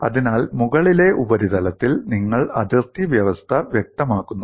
അതിനാൽ മുകളിലെ ഉപരിതലത്തിൽ നിങ്ങൾ അതിർത്തി വ്യവസ്ഥ വ്യക്തമാക്കുന്നു